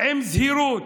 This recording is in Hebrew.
עם זהירות.